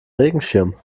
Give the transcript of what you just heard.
regenschirm